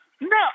No